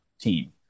team